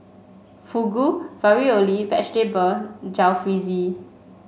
Fugu Ravioli Vegetable Jalfrezi